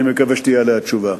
אני מקווה שתהיה עליה תשובה.